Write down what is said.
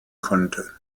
konnte